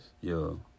Yo